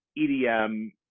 EDM